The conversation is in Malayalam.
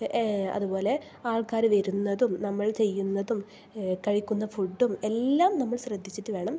അത് പോലെ ആൾക്കാർ വരുന്നതും നമ്മൾ ചെയ്യുന്നതും കഴിക്കുന്ന ഫുഡും എല്ലാം നമ്മൾ ശ്രദ്ധിച്ചിട്ടു വേണം